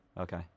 Okay